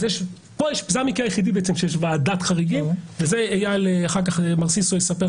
זה המקרה היחיד בו יש ועדת חריגים ואחר כך מר סיסו ממשרד